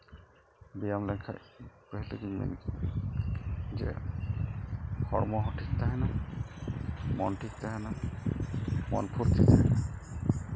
ᱵᱮᱭᱟᱢ ᱞᱮᱠᱷᱟᱡ ᱯᱟᱹᱦᱤᱞ ᱨᱮᱜᱤᱧ ᱢᱮᱱᱟ ᱡᱮ ᱦᱚᱲᱢᱚ ᱦᱚᱸ ᱴᱷᱤᱠ ᱛᱟᱦᱮᱱᱟ ᱢᱚᱱ ᱴᱷᱤᱠ ᱛᱟᱦᱮᱱᱟ ᱢᱚᱱ ᱯᱷᱩᱨᱛᱤ ᱛᱟᱦᱮᱱᱟ